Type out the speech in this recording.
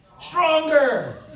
Stronger